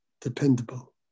dependable